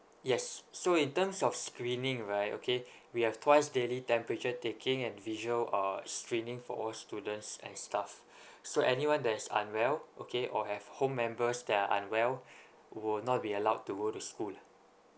yes so in terms of screening right okay we have twice daily temperature taking and visual uh screening for all students and staff so anyone that is unwell okay or have home members that are unwell will not be allowed to go to school